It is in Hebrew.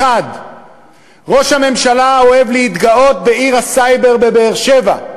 1. ראש הממשלה אוהב להתגאות בעיר הסייבר בבאר-שבע.